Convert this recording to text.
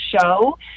show